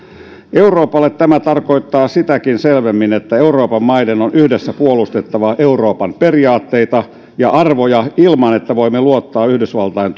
euroopalle tämä tarkoittaa sitäkin selvemmin että euroopan maiden on yhdessä puolustettava euroopan periaatteita ja arvoja ilman että voimme luottaa yhdysvaltain